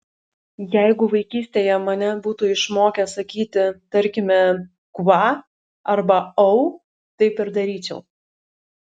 jeigu vaikystėje mane būtų išmokę sakyti tarkime kva arba au taip ir daryčiau